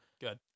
Good